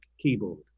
keyboard